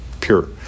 pure